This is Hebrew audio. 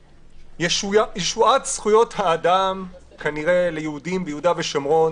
ישועת זכויות האדם כנראה ליהודים ביהודה ושומרון